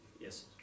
Yes